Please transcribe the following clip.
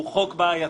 הוא חוק בעייתי.